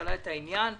אני לא מתנגד לזה.